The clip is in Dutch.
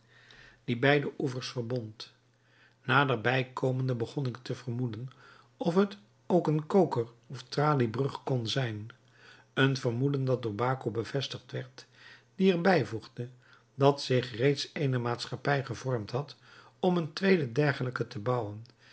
die beide oevers verbond naderbij komende begon ik te vermoeden of het ook een kokerof traliebrug kon zijn een vermoeden dat door baco bevestigd werd die er bij voegde dat zich reeds eene maatschappij gevormd had om een tweede dergelijke te bouwen